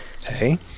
Hey